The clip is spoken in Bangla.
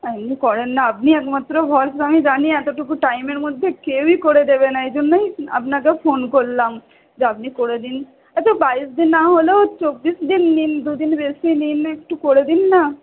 এমনি করেন না আপনি একমাত্র ভরসা আমি জানি এতোটুকু টাইমের মধ্যে কেউই করে দেবে না এইজন্যই আপনাকে ফোন করলাম যে আপনি করে দিন একটু বাইশ দিন না হলেও চব্বিশ দিন নিন দুদিন রেস্ট নিন একটু করে দিন না